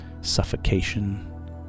suffocation